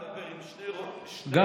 במקרה אתה מדבר עם שני ראשי קואליציה.